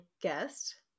guest